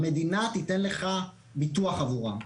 המדינה תיתן לך ביטוח עבורם.